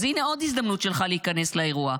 אז הינה עוד הזדמנות שלך להיכנס לאירוע,